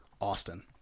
Austin